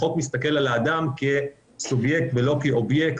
החוק מסתכל על האדם כסובייקט ולא כאובייקט,